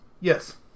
Yes